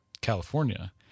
California